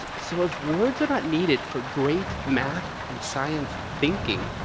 so, if words are not needed for great math and science thinking,